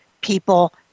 people